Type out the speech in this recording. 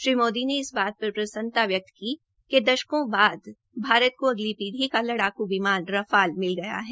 श्री मोदी ने इस बात पर प्रसन्नता व्यक्त की कि दशकों बाद भारत को अगली पीढ़ी का लड़ाकू विमान रफाल मिल गया है